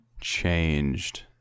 changed